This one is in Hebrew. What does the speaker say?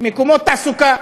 מקומות תעסוקה.